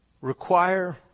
Require